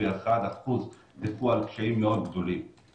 81% דיווחו על קשיים גדולים מאוד.